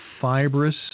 fibrous